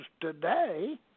today